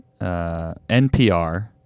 NPR